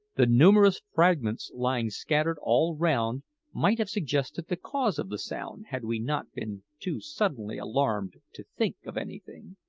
the numerous fragments lying scattered all round might have suggested the cause of the sound had we not been too suddenly alarmed to think of anything.